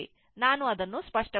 ನಾನು ಅದನ್ನು ಸ್ಪಷ್ಟ ಗೊಳಿಸುತ್ತೇನೆ